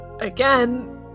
again